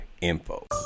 info